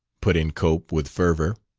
put in cope, with fervor.